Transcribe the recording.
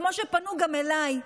כמו שפנו גם אליי,